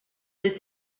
les